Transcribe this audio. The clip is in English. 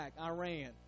Iran